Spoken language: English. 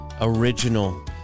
original